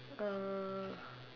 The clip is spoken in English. uh